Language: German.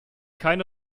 keine